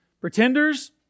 Pretenders